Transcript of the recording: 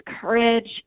courage